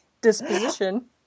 disposition